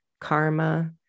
karma